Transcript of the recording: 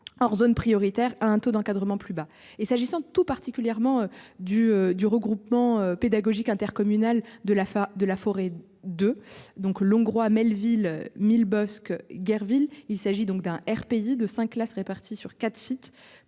Hors zone prioritaire à un taux d'encadrement plus bas et s'agissant tout particulièrement du du regroupement pédagogique intercommunal de la fin de la forêt de donc le Hongrois Melville 1000 Bosc guerre ville il s'agit donc d'un RPI de 5 classes réparties sur 4 sites